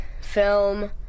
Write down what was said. film